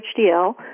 HDL